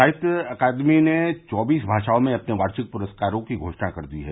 साहित्य अकादमी ने चौबीस भाषाओं में अपने वार्षिक पुरस्कारों की घोषणा कर दी है